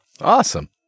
Awesome